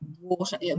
water